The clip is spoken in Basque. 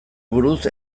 buruz